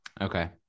okay